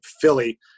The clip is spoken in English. Philly